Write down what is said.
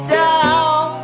down